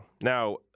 Now